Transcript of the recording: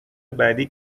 بعدی